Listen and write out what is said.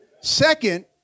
Second